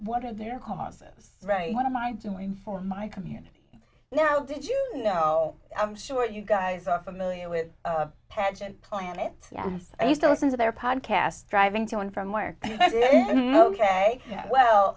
causes right what am i doing for my community now did you know i'm sure you guys are familiar with pageant planet yes i used to listen to their podcast driving to and from work ok well